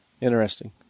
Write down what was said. Interesting